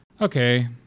Okay